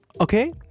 Okay